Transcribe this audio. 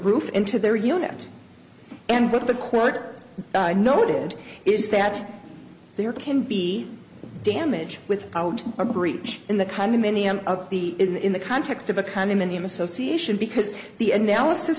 roof into their unit and what the court noted is that there can be damage with out a breach in the condominium of the in the context of a condominium association because the analysis